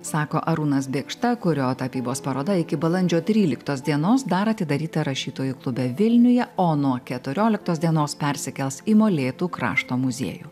sako arūnas bėkšta kurio tapybos paroda iki balandžio tryliktos dienos dar atidaryta rašytojų klube vilniuje o nuo keturioliktos dienos persikels į molėtų krašto muziejų